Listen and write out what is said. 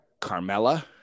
Carmella